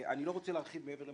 אני לא רוצה להרחיב מעבר לכך,